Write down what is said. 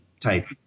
type